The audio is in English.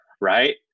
right